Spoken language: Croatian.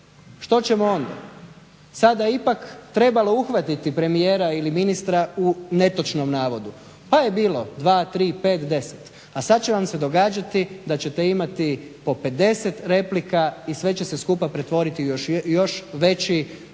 Što ćemo onda? Sada je ipak trebalo uhvatiti premijera ili ministra u netočnom navodu pa je bilo dva, tri, pet, deset, a sad će vam se događati da ćete imati po 50 replika i sve će se skupa pretvoriti u još veći cirkus